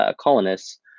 colonists